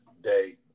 day